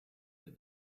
that